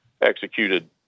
executed